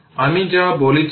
এখন সেই q c v